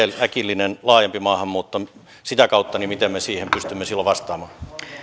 äkillinen laajempi maahanmuutto sitä kautta niin miten me siihen pystymme silloin vastaamaan